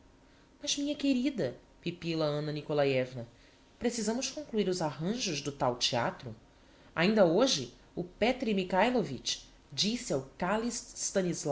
mas minha querida pipila anna nikolaievna precisamos concluir os arranjos do tal theatro ainda hoje o petre mikailovitch disse ao kalist